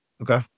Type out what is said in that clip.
Okay